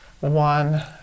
one